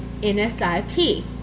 NSIP